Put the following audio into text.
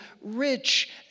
rich